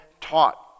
taught